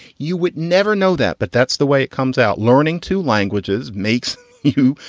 you would never know that. but that's the way it comes out. learning two languages makes you,